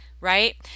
right